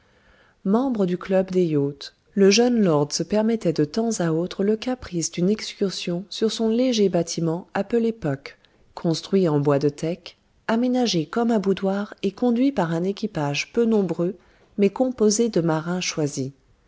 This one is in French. membre du club des yachts le jeune lord se permettait de temps à autre le caprice d'une excursion sur son léger bâtiment appelé puck construit en bois de teck aménagé comme un boudoir et conduit par un équipage peu nombreux mais composé de marins choisis